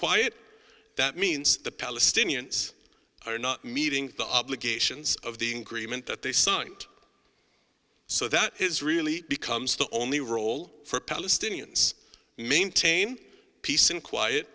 quiet that means the palestinians are not meeting the obligations of the ingredient that they signed so that is really becomes the only role for palestinians maintain peace and quiet